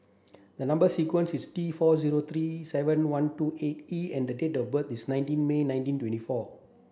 the number sequence is T four zero three seven one two eight E and the date of birth is nineteen May nineteen twenty four